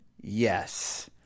Yes